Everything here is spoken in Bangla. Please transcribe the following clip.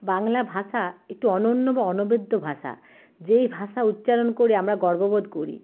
বাংলা ভাষা একটি অনন্য বা অনবদ্য ভাষা যেই ভাষা উচ্চারণ করে আমরা গর্ববোধ করি